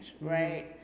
Right